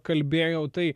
kalbėjau tai